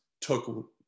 took